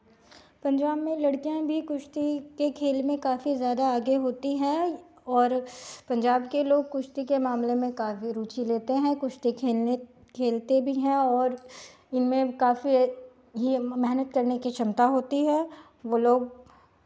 पंजाब में लड़कियां भी कुश्ती के खेल में काफी ज़्यादा आगे होती हैं और पंजाब के लोग कुश्ती के मामले में काफी रुचि लेते हैं कुश्ती खेलने खेलते भी हैं और इनमें काफी ये मेहनत करने की क्षमता होती है वो लोग